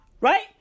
right